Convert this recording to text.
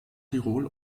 tirol